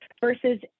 Versus